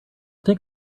think